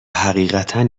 حقیقتا